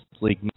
League